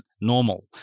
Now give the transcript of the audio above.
normal